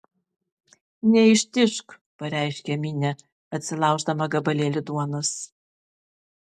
neištižk pareiškė minė atsilauždama gabalėlį duonos